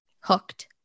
hooked